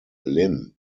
linn